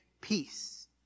peace